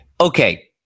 okay